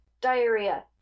diarrhea